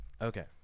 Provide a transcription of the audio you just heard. Okay